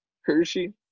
Hershey